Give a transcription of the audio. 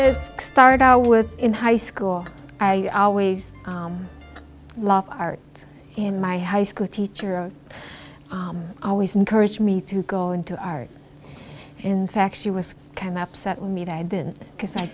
i started out with in high school i always loved art in my high school teacher always encouraged me to go into art in fact she was kind of upset me that i didn't because i